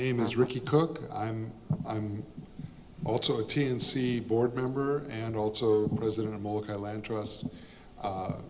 name is ricky cooke i'm i'm also a teensy board member and also president